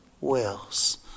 wills